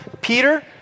Peter